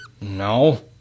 No